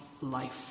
life